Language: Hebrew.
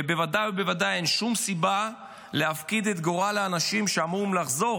ובוודאי שאין שום סיבה להפקיד את גורל האנשים שאמורים לחזור,